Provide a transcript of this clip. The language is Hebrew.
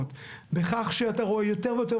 בכך שאתה רואה יותר ויותר,